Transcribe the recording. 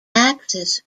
axis